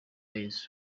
yezu